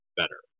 better